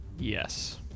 Yes